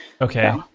Okay